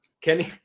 Kenny